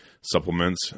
supplements